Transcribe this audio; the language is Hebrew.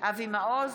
אבי מעוז,